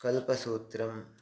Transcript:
कल्पसूत्रम्